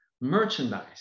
merchandise